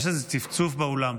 יש איזה צפצוף באולם.